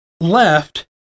left